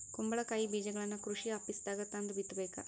ಕುಂಬಳಕಾಯಿ ಬೇಜಗಳನ್ನಾ ಕೃಷಿ ಆಪೇಸ್ದಾಗ ತಂದ ಬಿತ್ತಬೇಕ